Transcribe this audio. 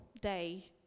day